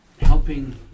helping